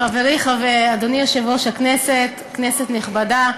חברי, אדוני היושב-ראש, כנסת נכבדה,